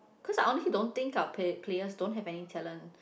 cause I only don't think our play~ player don't have any talent